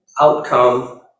outcome